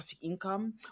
income